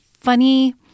funny